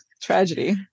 tragedy